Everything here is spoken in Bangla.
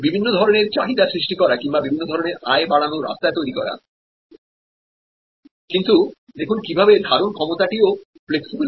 বিভিন্ন ধরনের চাহিদা সৃষ্টি করা কিংবা বিভিন্নধরনের আয় বাড়ানোর রাস্তা তৈরি করা কিন্তু দেখুন কীভাবে ধারণক্ষমতা টিও ফ্লেক্সিবল